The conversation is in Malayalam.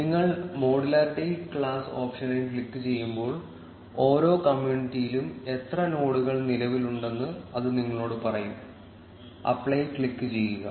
നിങ്ങൾ മോഡുലാരിറ്റി ക്ലാസ് ഓപ്ഷനിൽ ക്ലിക്കുചെയ്യുമ്പോൾ ഓരോ കമ്മ്യൂണിറ്റിയിലും എത്ര നോഡുകൾ നിലവിലുണ്ടെന്ന് അത് നിങ്ങളോട് പറയും അപ്ലൈ ക്ലിക്കുചെയ്യുക